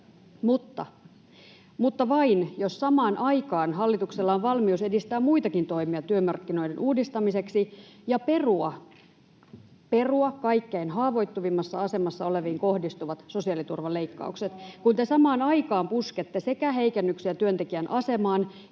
mutta vain jos samaan aikaan hallituksella on valmius edistää muitakin toimia työmarkkinoiden uudistamiseksi ja perua kaikkein haavoittuvimmassa asemassa oleviin kohdistuvat sosiaaliturvaleikkaukset. Kun te samaan aikaan puskette heikennyksiä sekä työntekijän asemaan